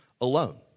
alone